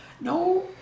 No